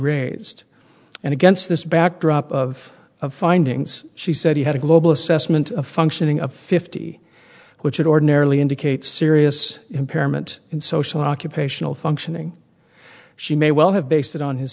raised and against this backdrop of a findings she said he had a global assessment of functioning of fifty which would ordinarily indicate serious impairment in social occupational functioning she may well have based it on his